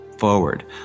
Forward